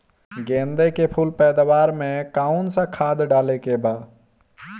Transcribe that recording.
गेदे के फूल पैदवार मे काउन् सा खाद डाले के बा?